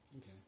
Okay